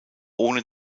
ohne